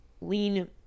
lean